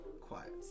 quiet